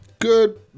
Good